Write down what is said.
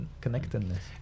connectedness